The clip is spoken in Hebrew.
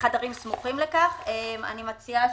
אני מציעה